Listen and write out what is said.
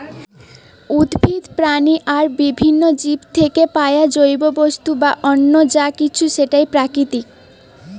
উদ্ভিদ, প্রাণী আর বিভিন্ন জীব থিকে পায়া জৈব বস্তু বা অন্য যা কিছু সেটাই প্রাকৃতিক